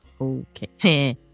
Okay